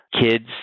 kids